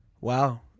Wow